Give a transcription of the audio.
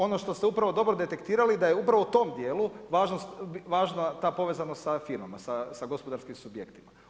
Ono što ste upravo dobro detektirali da je upravo u tom dijelu važna ta povezanost sa firmama, sa gospodarskim subjektima.